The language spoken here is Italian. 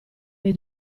nei